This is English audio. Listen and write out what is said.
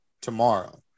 tomorrow